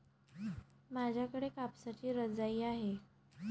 माझ्याकडे कापसाची रजाई आहे